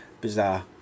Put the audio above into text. Bizarre